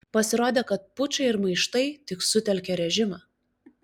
pasirodė kad pučai ir maištai tik sutelkia režimą